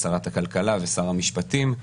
שרת הכלכלה ושר המשפטים,